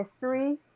history